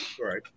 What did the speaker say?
Right